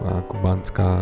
kubánská